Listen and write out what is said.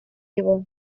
его